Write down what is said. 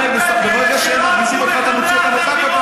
הרי ברגע שהם מרגיזים אותך אתה מוציא אותם.